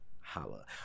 Holla